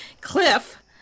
Cliff